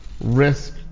risk